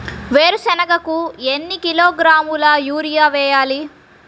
వేరుశనగకు ఎన్ని కిలోగ్రాముల యూరియా వేయాలి?